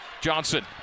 Johnson